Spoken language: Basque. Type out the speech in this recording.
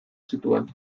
zituen